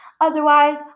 otherwise